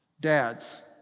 Dads